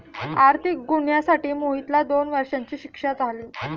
आर्थिक गुन्ह्यासाठी मोहितला दोन वर्षांची शिक्षा झाली